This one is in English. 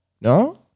no